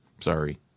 Sorry